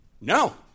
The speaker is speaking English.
No